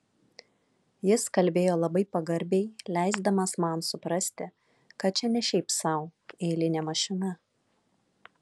jis kalbėjo labai pagarbiai leisdamas man suprasti kad čia ne šiaip sau eilinė mašina